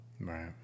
Right